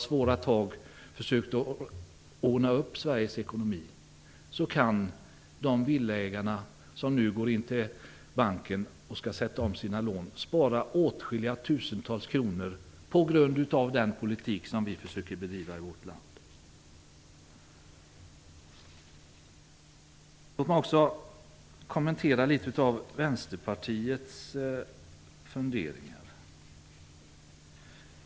Låt mig också kommentera några av Vänsterpartiets funderingar.